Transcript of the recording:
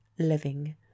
living